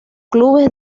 clubes